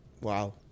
Wow